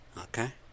Okay